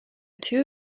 two